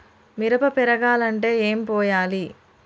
మిరప పెరగాలంటే ఏం పోయాలి?